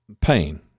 pain